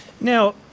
Now